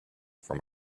from